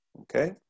okay